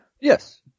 Yes